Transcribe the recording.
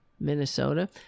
Minnesota